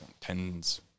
tens